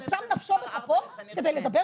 שם נפשו בכפו כדי לדבר מולנו?